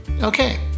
Okay